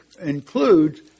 includes